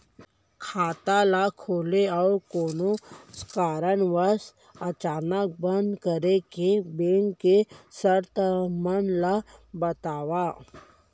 खाता ला खोले अऊ कोनो कारनवश अचानक बंद करे के, बैंक के शर्त मन ला बतावव